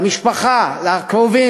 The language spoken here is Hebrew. לקרובים,